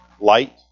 light